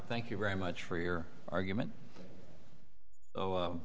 thank you very much for your argument oh